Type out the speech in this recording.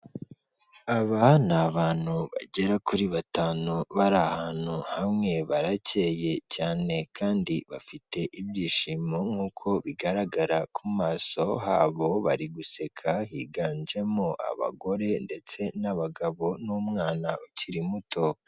Aba ni abantu bagera kuri batanu bari ahantu hamwe, barakeye cyane kandi bafite ibyishimo nk'uko bigaragara ku maso habo bari guseka, higanjemo abagore ndetse n'abagabo n'umwana ukiri muto.